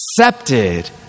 accepted